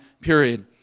period